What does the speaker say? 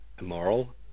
Immoral